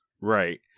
Right